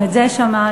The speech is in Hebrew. גם את זה שמענו.